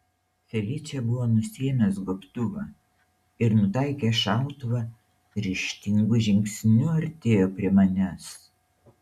feličė buvo nusiėmęs gobtuvą ir nutaikęs šautuvą ryžtingu žingsniu artėjo prie manęs